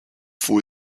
for